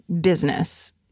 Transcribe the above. business